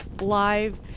live